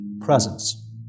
presence